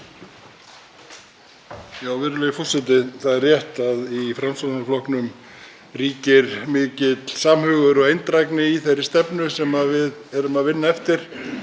Virðulegi forseti. Það er rétt að í Framsóknarflokknum ríkir mikill samhugur og eindrægni í þeirri stefnu sem við erum að vinna eftir